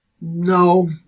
No